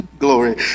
glory